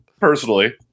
personally